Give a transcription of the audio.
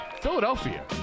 Philadelphia